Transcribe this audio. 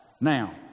Now